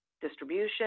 distribution